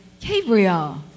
Gabriel